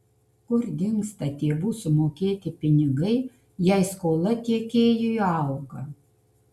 kur dingsta tėvų sumokėti pinigai jei skola tiekėjui auga